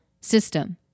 system